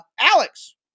Alex